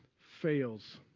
fails